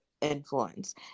influence